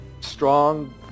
strong